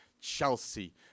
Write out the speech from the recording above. Chelsea